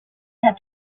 had